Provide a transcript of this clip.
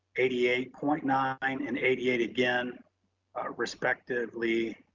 eighty eight point nine and eighty eight again respectively,